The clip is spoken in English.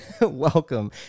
Welcome